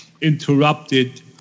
interrupted